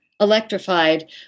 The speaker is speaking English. electrified